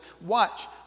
watch